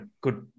good